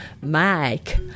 Mike